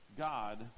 God